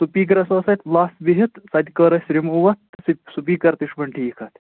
سٕپیٖکَرَس ٲس اَتہِ لَس بِہِتھ سۄ تہِ کٔر اَسہِ رِموٗ اَتھ سُہ سٕپیٖکَر تہِ چھُ وۄنۍ ٹھیٖک اَتھ